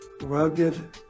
Rugged